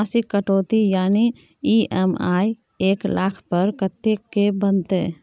मासिक कटौती यानी ई.एम.आई एक लाख पर कत्ते के बनते?